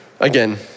Again